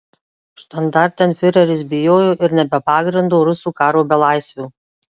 štandartenfiureris bijojo ir ne be pagrindo rusų karo belaisvių